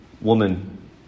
woman